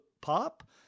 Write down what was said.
pop